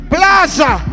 Plaza